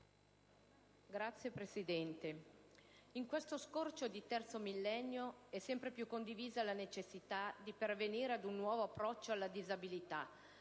Signor Presidente, in questo scorcio di terzo millennio è sempre più condivisa la necessità di pervenire ad un nuovo approccio alla disabilità,